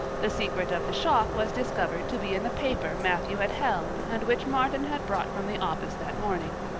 the secret of the shock was discovered to be in the paper matthew had held and which martin had brought from the office that morning.